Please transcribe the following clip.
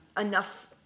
enough